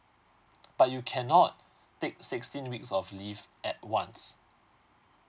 but you cannot take sixteen weeks of leave at once